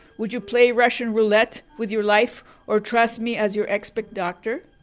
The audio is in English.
would you play russian roulette with your life or trust me as your expert doctor?